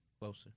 Closer